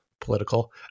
political